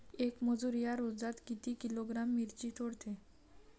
येक मजूर या रोजात किती किलोग्रॅम मिरची तोडते?